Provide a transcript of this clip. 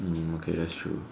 hmm okay that's true